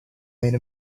made